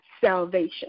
salvation